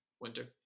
Winter